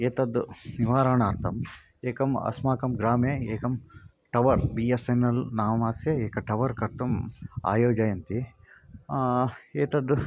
एतद् निवारणार्थम् एकम् अस्माकं ग्रामे एकं tower B S N L नामास्य एक टवर् कर्तुम् आयोजयन्ति एतद्